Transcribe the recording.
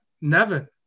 Nevin